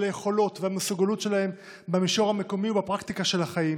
היכולות והמסוגלות שלהן במישור המקומי ובפרקטיקה של החיים.